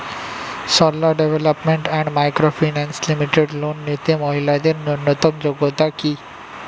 Sarala Development and Micro Finance Limited loan নিতে মহিলাদের ন্যূনতম যোগ্যতা কী?